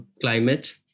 climate